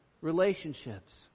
relationships